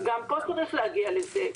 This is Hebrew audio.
גם פה צריך להגיע לזה.